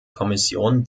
kommission